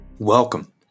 Welcome